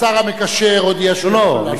השר המקשר הודיע שהוא יוכל לענות.